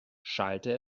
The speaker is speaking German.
schallte